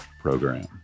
program